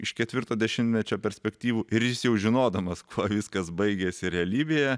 iš ketvirto dešimtmečio perspektyvų ir jis jau žinodamas kuo viskas baigėsi realybėje